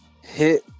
hit